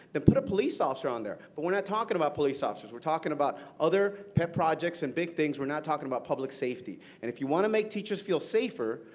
put a police officer on there. but we're not talking about police officers. we're talking about other projects and big things. we're not talking about public safety. and if you want to make teachers feel safer,